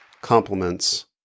complements